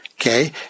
okay